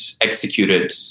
executed